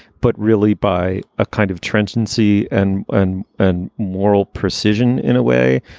but really by a kind of transiency and an and moral precision in a way.